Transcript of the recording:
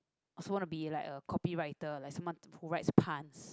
also want to be like a copy writer like someone who writes puns